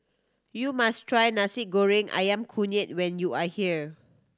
you must try Nasi Goreng Ayam Kunyit when you are here